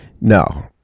No